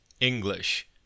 English